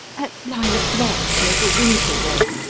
at lilac lodge, over windsor way,